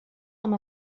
amb